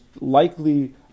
likely